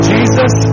Jesus